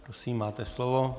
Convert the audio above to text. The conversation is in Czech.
Prosím, máte slovo.